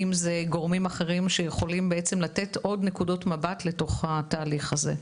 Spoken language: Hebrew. אם אלו גורמים אחרים שיכולים לתת עוד נקודות מבט לתוך התהליך הזה.